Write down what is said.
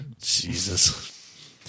Jesus